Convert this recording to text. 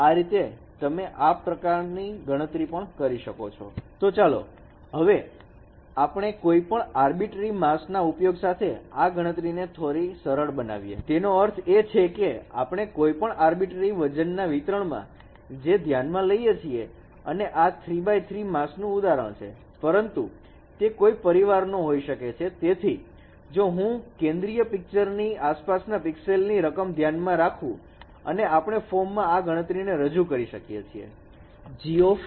આ રીતે તમે આ પ્રકાર ની ગણતરી કરી શકો છો તો ચાલો હવે કોઈપણ અરબીટરિ માસ્ક ના ઉપયોગ સાથે આ ગણતરીને થોડી સરળ બનાવીએ તેનો અર્થ એ છે કે આપણે કોઈપણ અરબીટરિ વજનના વિતરણ ને ધ્યાનમાં લઈએ છીએ અને આ 3 x 3 માસ્ક નું ઉદાહરણ છે પરંતુ તે કોઈ પરિવારનો હોઈ શકે છે તેથી જો હું કેન્દ્રીય પિક્ચર ની આસપાસના pixel ની રકમ ધ્યાનમાં રાખવું અને આપણે ફોર્મમાં આ ગણતરીને રજૂ કરી શકીએ છીએ